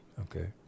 okay